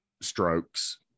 strokes